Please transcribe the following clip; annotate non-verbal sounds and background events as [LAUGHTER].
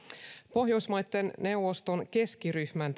pohjoismaitten neuvoston keskiryhmän [UNINTELLIGIBLE]